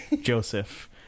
Joseph